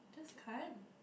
just climb